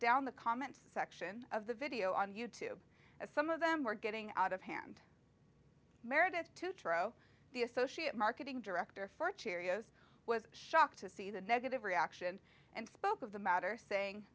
down the comments section of the video on you tube and some of them were getting out of hand meredith to true the associate marketing director first cheerios was shocked to see the negative reaction and spoke of the matter saying